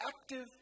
active